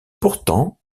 pourtant